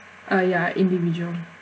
uh ya individual